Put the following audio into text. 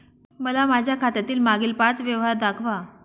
मला माझ्या खात्यातील मागील पांच व्यवहार दाखवा